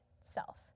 self